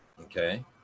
okay